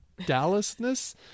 dallasness